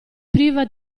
priva